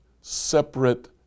separate